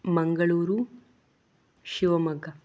Mangaluru Shivamogga